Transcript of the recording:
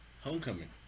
Homecoming